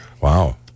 Wow